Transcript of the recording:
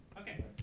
Okay